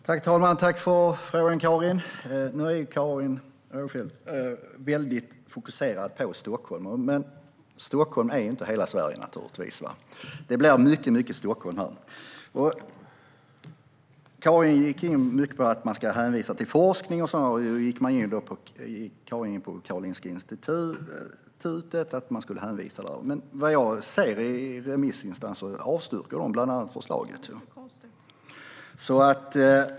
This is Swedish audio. Herr talman! Tack för frågan, Karin! Karin Rågsjö är väldigt fokuserad på Stockholm, men Stockholm är ju inte hela Sverige. Det blir mycket Stockholm här. Karin hänvisade till forskning och gick in på Karolinska Institutet. Men vad jag ser avstyrker remissinstanserna förslaget.